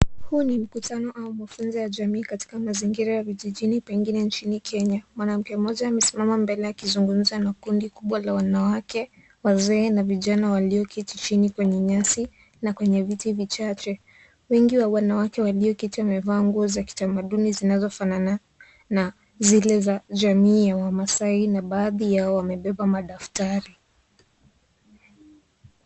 Huu ni mkutano au mafunzo ya jamii katika mazingira ya vijijini pengine nchini Kenya. Mwanamke mmoja amesimama mbele akizungumza na kundi kubwa la wanawake wazee na vijana walio kiti chini kwenye nyasi na kwenye viti vichache. Wengi wa wanawake walioketi wamevaa nguo za kitamaduni zinazofanana na zile za jamii ya Wamasai, na baadhi ya hao wamebeba madaftari.